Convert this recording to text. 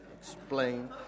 explain